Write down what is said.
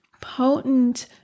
potent